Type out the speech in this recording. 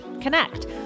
connect